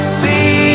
see